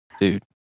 dude